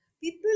people